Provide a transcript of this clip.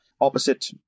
opposite